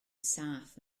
saff